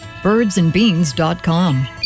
Birdsandbeans.com